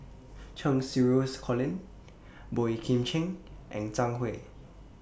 Cheng Xinru Colin Boey Kim Cheng and Zhang Hui